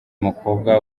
mukobwa